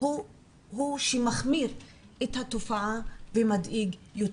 הוא שמחמיר את התופעה ומדאיג יותר.